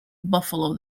buffalo